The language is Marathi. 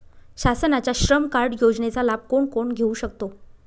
शासनाच्या श्रम कार्ड योजनेचा लाभ कोण कोण घेऊ शकतो?